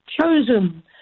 chosen